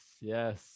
Yes